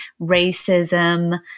racism